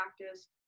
practice